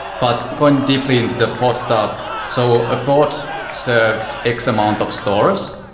but going deeply into the pod stuff. so a pod serves x-amount of stores.